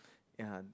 ya